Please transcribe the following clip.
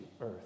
earth